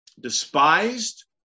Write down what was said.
despised